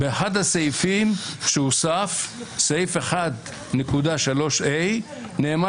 אחד הסעיפים שהוסף, סעיף 1.3a נאמר